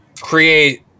create